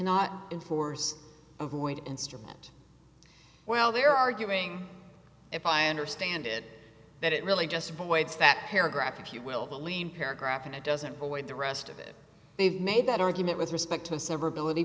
cannot enforce a void instrument well they're arguing if i understand it that it really just avoids that paragraph if you will of a lean paragraph and it doesn't void the rest of it they've made that argument with respect to a severability